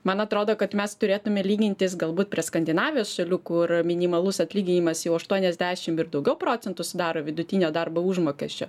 man atrodo kad mes turėtume lygintis galbūt prie skandinavijos šalių kur minimalus atlyginimas jau aštuoniasdešim ir daugiau procentų sudaro vidutinio darbo užmokesčio